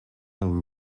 and